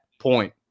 point